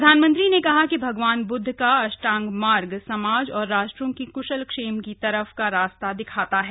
प्रधानमंत्री ने कहा कि भगवान बुद्ध का अष्टांग मार्ग समाज और राष्ट्रों की क्शलक्षेम की तरफ का रास्ता दिखाता है